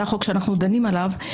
זה החוק שאנחנו דנים בו,